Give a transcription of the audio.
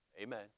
Amen